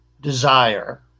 desire